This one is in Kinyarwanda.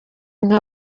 nka